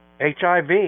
HIV